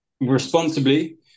responsibly